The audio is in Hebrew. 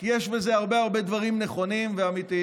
כי יש בזה הרבה הרבה דברים נכונים ואמיתיים,